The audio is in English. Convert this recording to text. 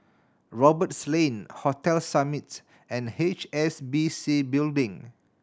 Roberts Lane Hotel Summit and H S B C Building